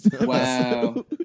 Wow